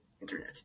internet